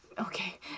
okay